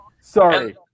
Sorry